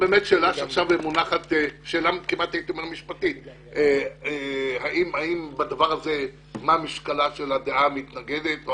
זו שאלה כמעט משפטית, מה משקלה של הדעה המתנגדת.